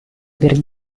per